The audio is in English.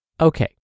Okay